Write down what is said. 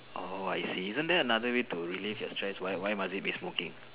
I see isn't there another way to release your stress why why must it be smoking